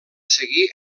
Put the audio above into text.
seguir